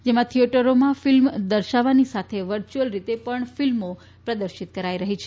જેમાં થિયેટરમાં ફિલ્મો દર્શાવાની સાથે વર્ચ્યુઅલ રીતે પણ ફિલ્મો પ્રદર્શિત કરાઇ રહી છે